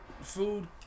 Food